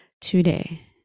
today